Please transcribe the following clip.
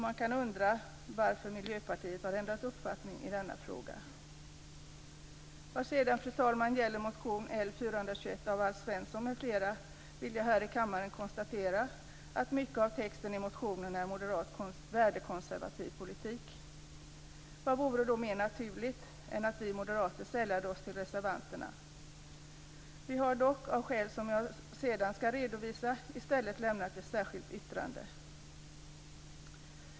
Man kan undra varför Miljöpartiet har ändrat uppfattning i denna fråga. Fru talman! När det sedan gäller motion L421 av Alf Svensson m.fl. vill jag här i kammaren konstatera att mycket av texten i motionen är moderat värdekonservativ politik. Vad vore då mer naturligt än att vi moderater sällade oss till reservanterna? Vi har dock av skäl som jag senare skall redovisa i stället lämnat ett särskilt yttrande.